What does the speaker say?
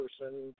person